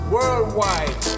Worldwide